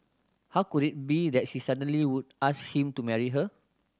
how could it be that she suddenly would ask him to marry her